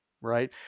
Right